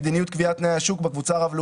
קובץ חדש.